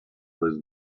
was